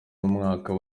umwaka